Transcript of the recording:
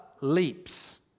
Leaps